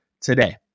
today